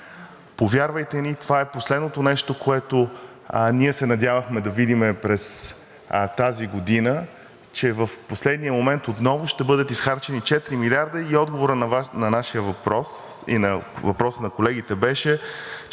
Повярвайте ни, това е последното нещо, което ние се надявахме да видим през тази година, че в последния момент отново ще бъдат изхарчени четири милиарда и отговорът на нашия въпрос и на въпроса на колегите беше, че